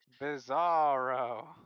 Bizarro